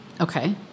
Okay